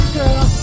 girl